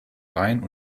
rhein